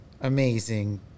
amazing